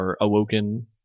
awoken